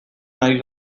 nahi